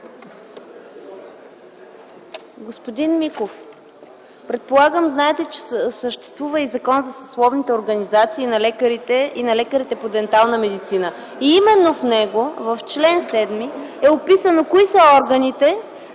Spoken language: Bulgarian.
Господин Миков, предполагам знаете, че съществува Закон за съсловните организации на лекарите и на лекарите по дентална медицина. Именно в него, в чл. 7 е записано кои са органите